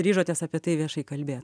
ryžotės apie tai viešai kalbėt